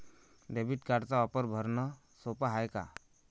Debit कार्डचा वापर भरनं सोप हाय का?